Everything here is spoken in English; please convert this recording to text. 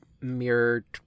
mirrored